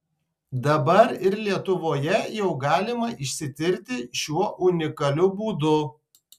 dabar ir lietuvoje jau galima išsitirti šiuo unikaliu būdu